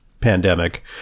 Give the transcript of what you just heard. pandemic